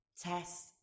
test